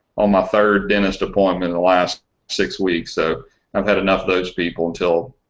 well muffler dentist appointment last six weeks so i've had enough those people and till